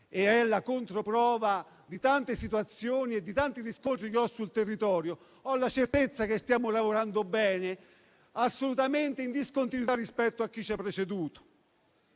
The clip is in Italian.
la controprova di tante situazioni e di tanti riscontri che ho sul territorio, ho la certezza che stiamo lavorando bene, assolutamente in discontinuità rispetto a chi ci ha preceduto.